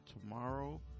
tomorrow